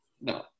No